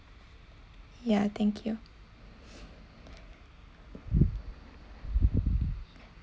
ya thank you